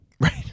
Right